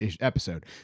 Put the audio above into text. episode